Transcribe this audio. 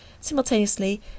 simultaneously